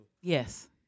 yes